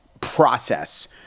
process